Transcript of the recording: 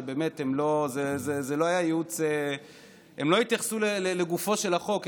הם לא התייחסו לגופו של החוק,